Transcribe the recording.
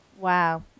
Wow